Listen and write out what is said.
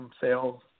sales